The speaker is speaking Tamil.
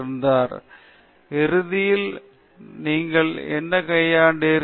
சங்கரன் இறுதியாக நீங்கள் எப்படிக் கையாண்டீர்கள்